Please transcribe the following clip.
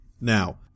Now